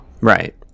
Right